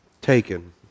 Taken